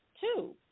two